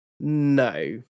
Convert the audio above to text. No